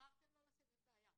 בחרתם לא לשים, אין בעיה,